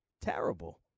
Terrible